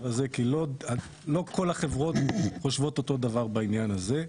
הזה כי לא כל החברות חושבות אותו דבר בעניין הזה.